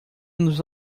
nos